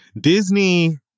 Disney